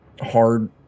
hard